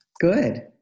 Good